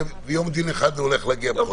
ויום דין אחד הוא הולך להגיע בכל מקרה.